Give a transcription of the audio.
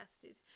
tested